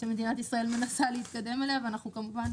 שמדינת ישראל מנסה להתקדם אליה, ואנחנו כמובן